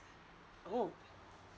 oh